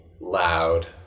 loud